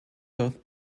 both